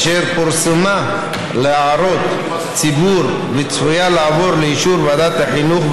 אשר פורסמה להערות ציבור וצפויה לעבור לאישור ועדת החינוך,